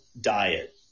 diet